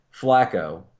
Flacco